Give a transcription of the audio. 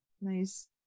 nice